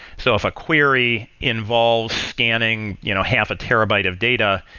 so if a query involves scanning you know half a terabyte of data,